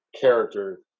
character